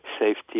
safety